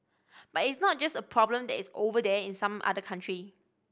but it's not just a problem that is 'over there' in some other country